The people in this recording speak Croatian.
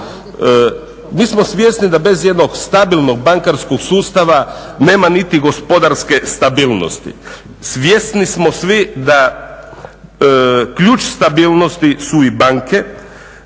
Mi smo svjesni da bez jednog stabilnog bankarskog sustava nema niti gospodarske stabilnosti. Svjesni smo svi da ključ stabilnosti su i banke.